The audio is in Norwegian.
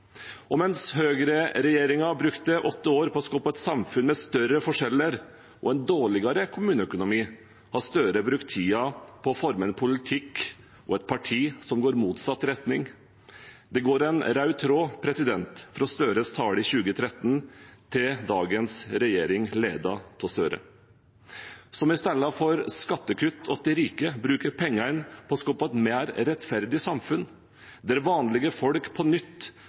Og mens høyreregjeringen brukte åtte år på å skape et samfunn med større forskjeller og en dårligere kommuneøkonomi, har Støre brukt tiden på å forme en politikk og et parti som går i motsatt retning. Det går en rød tråd fra Støres tale i 2013 til dagens regjering, ledet av Støre, som i stedet for skattekutt til de rike bruker pengene på å skape et mer rettferdig samfunn, der vanlige folk på nytt